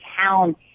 town